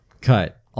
cut